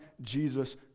Jesus